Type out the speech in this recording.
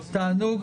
תענוג.